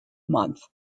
month